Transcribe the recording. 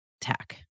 tech